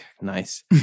nice